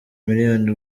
miliyoni